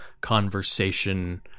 conversation